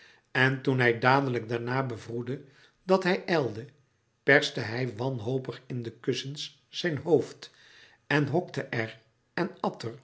en toen hij dadelijk daarna bevroedde dat hij ijlde perste hij wanhopig in de kussens zijn hoofd en hokte er en